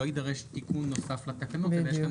לא יידרש תיקון נוסף לתקנות ויש כאן